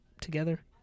together